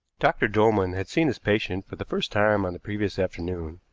dr. dolman had seen his patient for the first time on the previous afternoon.